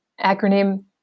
acronym